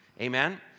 Amen